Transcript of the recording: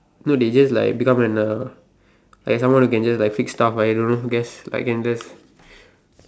make the world like someone who can just like fix stuff like I don't know guess I can just